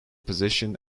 position